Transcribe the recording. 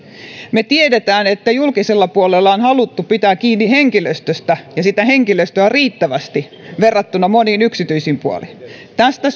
me tiedämme että julkisella puolella on haluttu pitää kiinni henkilöstöstä ja sitä henkilöstöä on riittävästi verrattuna moniin yksityisiin puoliin tästä